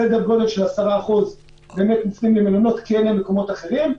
סדר גודל של 10% באמת הולכים למלונות כי אין להם מקומות אחרים.